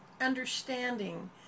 understanding